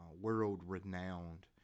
world-renowned